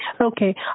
Okay